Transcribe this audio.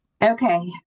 Okay